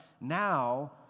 now